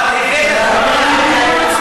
אה, זה כואב לך?